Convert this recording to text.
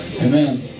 Amen